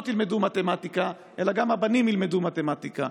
ילמדו מתמטיקה אלא גם הבנים ילמדו מתמטיקה.